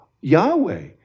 Yahweh